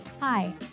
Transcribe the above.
Hi